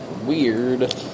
Weird